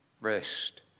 rest